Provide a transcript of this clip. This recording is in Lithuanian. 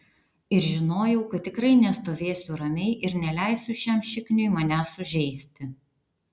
ir žinojau kad tikrai nestovėsiu ramiai ir neleisiu šiam šikniui manęs sužeisti